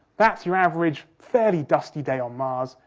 that's your average fairly dusty day on mars,